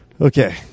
Okay